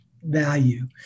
value